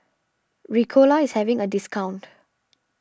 Ricola is having a discount